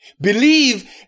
Believe